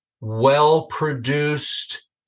well-produced